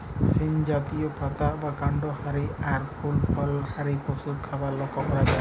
সীম জাতীয়, পাতা বা কান্ড হারি আর ফুল ফল হারি পশুর খাবার লক্ষ করা যায়